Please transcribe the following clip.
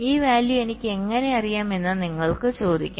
ഈ വാല്യൂ എനിക്ക് എങ്ങനെ അറിയാം എന്ന് നിങ്ങൾക്ക് ചോദിക്കാം